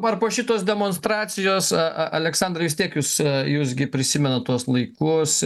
ar po šitos demonstracijos aleksandrai vis tiek jūs jūs gi prisimenate tuos laikus